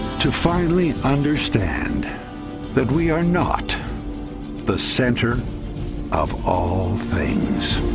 to finally understand that we are not the center of all things